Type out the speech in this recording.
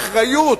והאחריות,